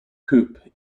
coupe